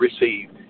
receive